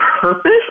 purpose